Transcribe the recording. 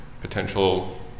potential